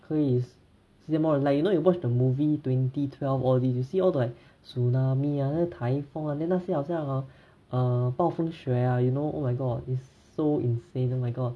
可以世界末日 like you know like you watch the movie twenty twelve then you see all like tsunami ah 台风啊 then 那些好像 hor err 暴风雪啊 you know oh my god is so insane oh my god